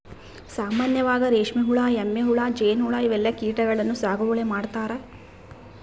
ಸಾಮಾನ್ಯವಾಗ್ ರೇಶ್ಮಿ ಹುಳಾ, ಎಮ್ಮಿ ಹುಳಾ, ಜೇನ್ಹುಳಾ ಇವೆಲ್ಲಾ ಕೀಟಗಳನ್ನ್ ಸಾಗುವಳಿ ಮಾಡ್ತಾರಾ